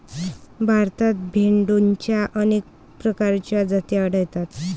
भारतात भेडोंच्या अनेक प्रकारच्या जाती आढळतात